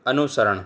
અનુસરણ